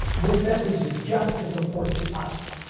this message is just as important to us